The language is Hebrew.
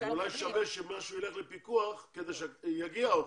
אולי שווה שמשהו ילך לפיקוח כדי שהאוכל יגיע.